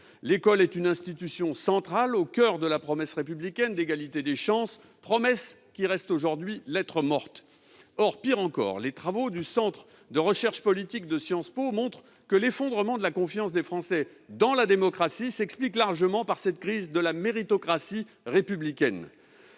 L'école est une institution centrale au coeur de la promesse républicaine d'égalité des chances. Or celle-ci reste aujourd'hui lettre morte. Pis encore, les travaux du centre de recherches politiques de Sciences Po montrent que l'effondrement de la confiance des Français dans la démocratie s'explique largement par cette crise de la méritocratie républicaine.